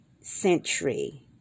century